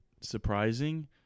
surprising –